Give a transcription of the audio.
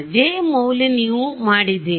J ಮೌಲ್ಯ ನೀವು ಮಾಡಿದ್ದೀರಿ